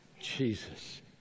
Jesus